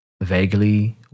vaguely